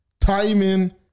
timing